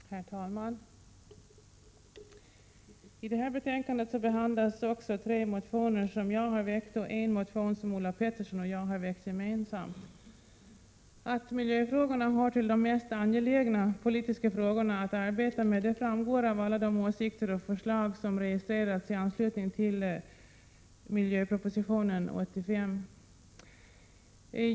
Herr talman! I detta betänkande behandlas också tre motioner som jag har väckt och en motion som Ulla Pettersson och jag har väckt gemensamt. Att miljöfrågorna hör till de mest angelägna politiska frågorna att arbeta med framgår av alla de åsikter och förslag som registrerats i anslutning till miljöpropositionen, nr 85.